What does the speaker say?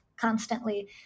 constantly